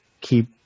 keep